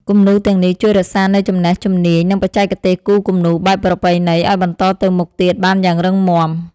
គំនូរទាំងនេះជួយរក្សានូវចំណេះជំនាញ និងបច្ចេកទេសគូរគំនូរបែបប្រពៃណីឱ្យបន្តទៅមុខទៀតបានយ៉ាងរឹងមាំ។